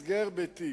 הסגר בית,